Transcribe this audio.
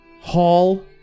hall